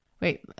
Wait